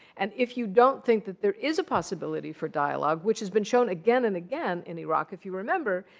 and if you don't think that there is a possibility for dialogue, which has been shown again and again in iraq if you remember,